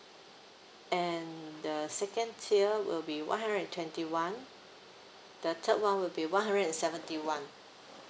and the second tier will be one hundred and twenty one the third one will be one hundred and seventy one